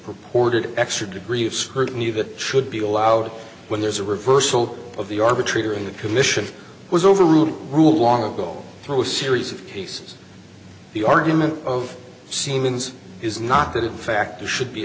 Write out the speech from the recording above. purported extra degree of scrutiny of it should be allowed when there's a reversal of the arbitrator in the commission was overruled rule long ago through a series of cases the argument of siemens is not that in fact it should be